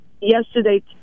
yesterday